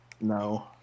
No